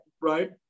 Right